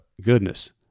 goodness